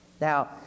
Now